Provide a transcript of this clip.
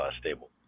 stable